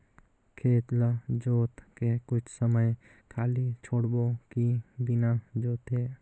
खेत ल जोत के कुछ समय खाली छोड़बो कि बिना जोते?